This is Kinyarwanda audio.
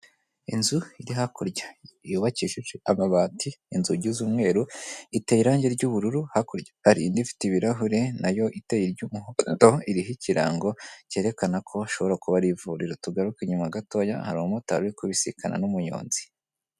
Inzu iri hakurya, yubakishije amabati, inzugi z'umweru, iteye irangi ry'ubururu. Hakurya hari indi ifite ibirahure nayo iteye nk'iyo, iriho ikirango cyerekana ko hashobora kuba ari ivuriro. Tugaruke inyuma gatoya hari umu motari uri kubisikana n'umunyonzi.